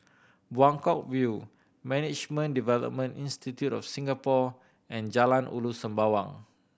Buangkok View Management Development Institute of Singapore and Jalan Ulu Sembawang